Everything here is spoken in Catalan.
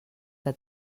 que